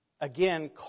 again